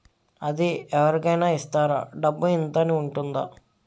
అది అవరి కేనా ఇస్తారా? డబ్బు ఇంత అని ఉంటుందా?